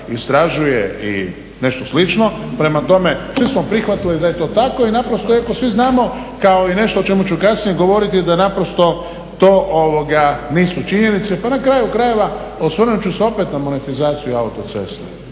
istražuje i nešto slično. Prema tome, svi smo prihvatili da je to tako i naprosto svi znamo kao i nešto o čemu ću kasnije govoriti, da naprosto to nisu činjenicu. Pa na kraju krajeva osvrnut ću se opet na monetizaciju autocesta.